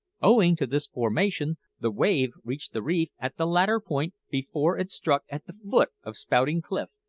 owing to this formation, the wave reached the reef at the latter point before it struck at the foot of spouting cliff.